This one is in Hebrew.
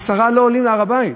עשרה לא עולים להר-הבית.